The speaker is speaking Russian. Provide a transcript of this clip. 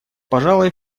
пожалуй